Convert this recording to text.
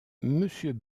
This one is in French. monsieur